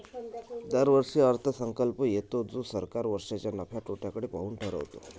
दरवर्षी अर्थसंकल्प येतो जो सरकार वर्षाच्या नफ्या तोट्याकडे पाहून ठरवते